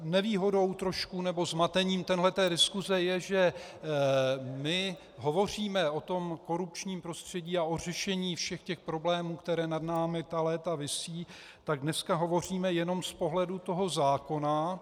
Nevýhodou trošku nebo zmatením téhle té diskuse je, že my hovoříme o korupčním prostředí a o řešení všech těch problémů, které nad námi celá ta léta visí, tak dneska hovoříme jenom z pohledu toho zákona.